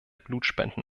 blutspenden